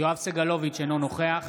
יואב סגלוביץ' אינו נוכח